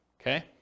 Okay